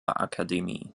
akademie